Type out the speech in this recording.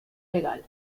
legal